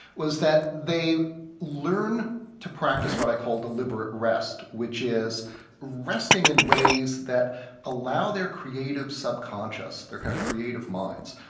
was that they learn to practice what i call deliberate rest. which is resting in ways that allow their creative subconscious, their kind of creative minds,